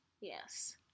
yes